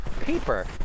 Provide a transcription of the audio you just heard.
paper